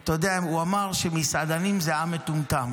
אתה יודע, הוא אמר שמסעדנים זה עם מטומטם